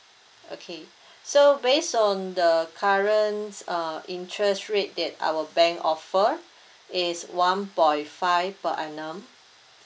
okay so based on the current uh interest rate that our bank offer it's one point five per annum